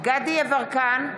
דסטה גדי יברקן,